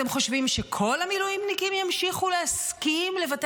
אתם חושבים שכל המילואימניקים ימשיכו להסכים לוותר